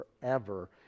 forever